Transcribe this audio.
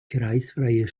kreisfreie